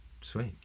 sweet